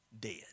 dead